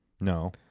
No